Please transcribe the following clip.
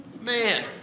Man